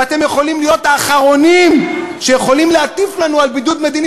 ואתם יכולים להיות האחרונים שיכולים להטיף לנו על בידוד מדיני,